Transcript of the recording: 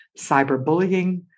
cyberbullying